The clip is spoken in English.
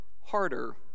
harder